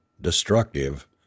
destructive